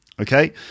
okay